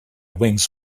wings